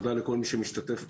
תודה לכל מי שמשתתף פה.